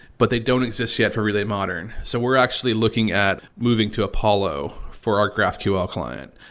but they don't exist yet for relay modern. so, we are actually looking at moving to apollo for our graphql client.